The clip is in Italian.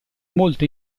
molte